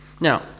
Now